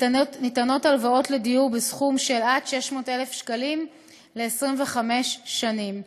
וניתנות הלוואות לדיור בסכום של עד 600,000 שקלים ל-25 שנים.